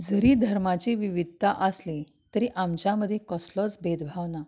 जरी धर्माची विवधता आसली तरी आमच्या मदीं कसलोच भेदभाव ना